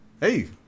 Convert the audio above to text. hey